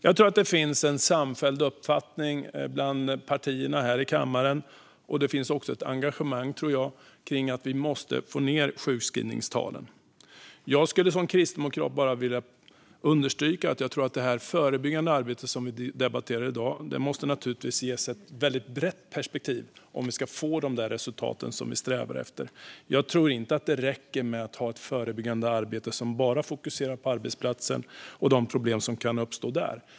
Jag tror att det finns en samfälld uppfattning bland partierna här i kammaren om att vi måste få ned sjukskrivningstalen, och det finns också ett engagemang, tror jag, för detta. Jag skulle som kristdemokrat vilja understryka att det förebyggande arbetet, som vi debatterar i dag, måste ges ett väldigt brett perspektiv om vi ska få de resultat som vi strävar efter. Jag tror inte att det räcker med att ha ett förebyggande arbete som bara fokuserar på arbetsplatsen och de problem som kan uppstå där.